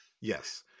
Yes